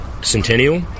Centennial